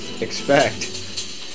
expect